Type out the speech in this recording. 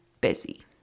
busy